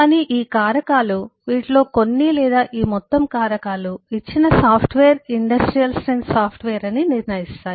కానీ ఈ కారకాలు వీటిలో కొన్ని లేదా ఈ మొత్తం కారకాలు ఇచ్చిన సాఫ్ట్వేర్ ఇండస్ట్రియల్ స్ట్రెంత్ సాఫ్ట్వేర్ అని నిర్ణయిస్తాయి